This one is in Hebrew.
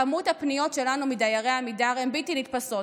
כמות הפניות שלנו מדיירי עמידר היא בלתי נתפסת.